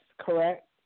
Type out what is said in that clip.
correct